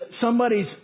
somebody's